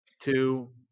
two